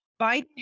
Biden